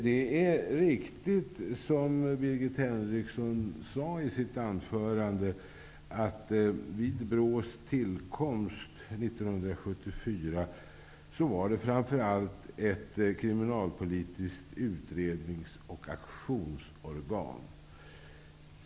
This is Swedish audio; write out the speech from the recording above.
Det är riktigt, som Birgit Henriksson sade i sitt anförande, att vid BRÅ:s tillkomst 1974 var det framför allt ett kriminalpolitiskt utrednings och aktionsorgan.